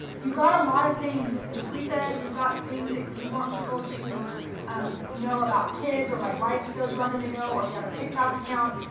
you got a lot of things. jacquisa, you've got things that you want people to um know about kids or like life skills you want them to know, or you have a tik tok account.